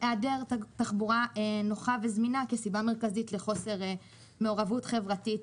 היעדרה של תחבורה נוחה וזמינה כסיבה מרכזית לחוסר מעורבות חברתית.